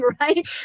right